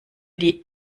die